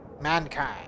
mankind